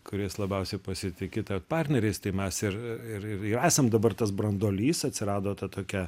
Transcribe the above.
kuriais labiausiai pasitiki tapt partneriais tai mes ir ir ir esam dabar tas branduolys atsirado ta tokia